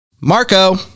Marco